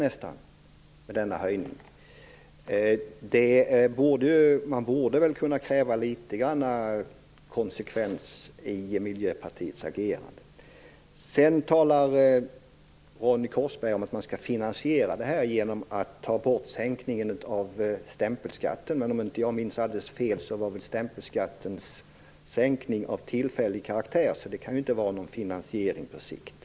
Man borde väl kunna kräva åtminstone litet konsekvens i Miljöpartiets agerande. Ronny Korsberg säger att det här skall finansieras genom att slopa sänkningen av stämpelskatten. Om jag inte minns alldeles fel var väl sänkningen av stämpelskatten av tillfällig karaktär. I så fall kan det inte vara någon finansiering på sikt.